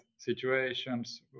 situations